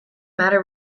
matter